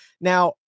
Now